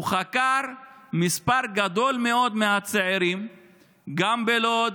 הוא חקר מספר גדול מאוד מהצעירים גם בלוד,